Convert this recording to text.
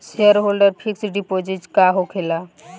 Shareholder fix deposit का होखे ला?